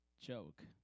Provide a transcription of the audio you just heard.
joke